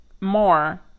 more